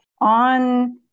on